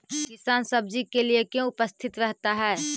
किसान सब्जी के लिए क्यों उपस्थित रहता है?